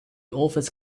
authors